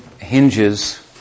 hinges